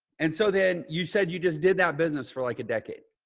and so then you said you just did that business for like a decade?